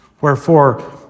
Wherefore